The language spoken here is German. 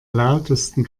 lautesten